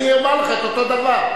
אני אומר לך את אותו הדבר.